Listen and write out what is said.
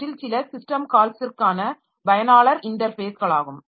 அவற்றில் சில சிஸ்டம் கால்ஸிற்கான பயனாளர் இன்டர்ஃபேஸ்களாகும்